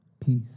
peace